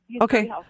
Okay